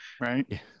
Right